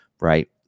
right